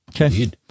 Okay